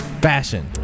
fashion